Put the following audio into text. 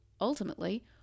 ultimately